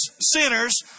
sinners